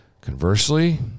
Conversely